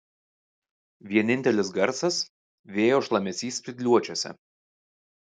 vienintelis garsas vėjo šlamesys spygliuočiuose